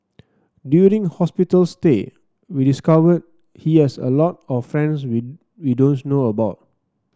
during hospital stay we discovered he has a lot of friends we we don't know about